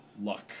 luck